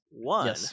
One